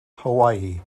hawaii